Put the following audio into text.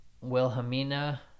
Wilhelmina